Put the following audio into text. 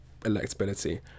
electability